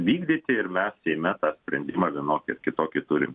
vykdyti ir mes seime tą sprendimą vienokį ar kitokį turim